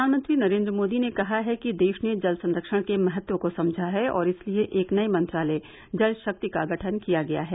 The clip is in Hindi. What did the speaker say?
प्रधानमंत्री नरेन्द्र मोदी ने कहा है कि देश ने जल संरक्षण के महत्व को समझा है और इसलिए एक नये मंत्रालय जल शक्ति का गठन किया गया है